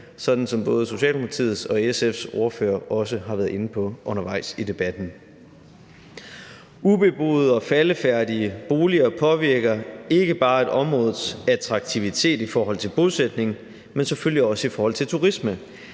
som både Socialdemokratiets og SF's ordfører også har været inde på undervejs i debatten. Ubeboede og faldefærdige boliger påvirker ikke bare et områdes attraktivitet i forhold til bosætning, men selvfølgelig også i forhold til turisme,